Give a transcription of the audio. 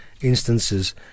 instances